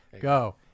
Go